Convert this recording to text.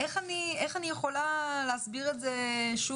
איך אני יכולה להסביר את זה ציבורית,